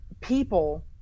people